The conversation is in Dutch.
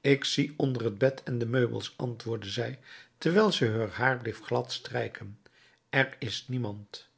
ik zie onder het bed en de meubels antwoordde zij terwijl ze heur haar bleef glad strijken er is niemand